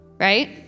right